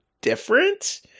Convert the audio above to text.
different